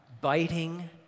biting